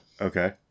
Okay